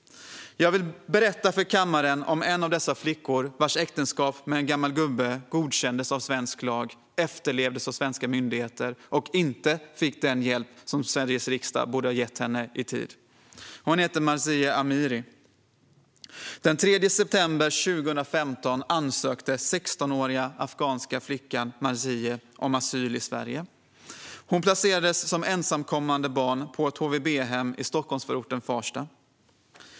Jag vill berätta för kammaren om en av dessa flickor vars äktenskap med en gammal gubbe godkändes av svensk lag och efterlevdes av svenska myndigheter. Hon fick inte den hjälp som Sveriges riksdag borde ha gett henne i tid. Hon hette Marzieh Amiri. Den 3 september 2015 ansökte den 16-åriga afghanska flickan Marzieh om asyl i Sverige. Hon placerades som ensamkommande barn på ett HVB-hem i Stockholmsförorten Farsta.